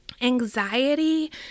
Anxiety